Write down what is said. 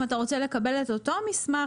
אם אתה רוצה לקבל את אותו מסמך,